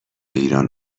ایران